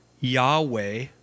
Yahweh